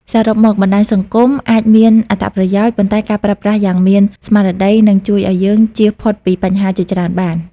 សរុបមក បណ្តាញសង្គមអាចមានអត្ថប្រយោជន៍ ប៉ុន្តែការប្រើប្រាស់យ៉ាងមានស្មារតីនឹងជួយយើងឲ្យជៀសផុតពីបញ្ហាជាច្រើនបាន។